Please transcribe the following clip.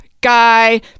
guy